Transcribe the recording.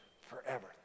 forever